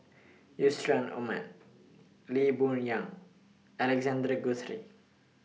Aman Lee Boon Yang Alexander Guthrie